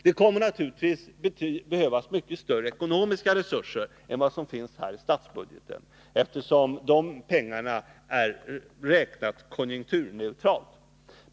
Det kommer naturligtvis att behövas mycket större ekonomiska resurser än som finns här i statsbudgeten, eftersom de pengarna är beräknade konjunkturneutralt.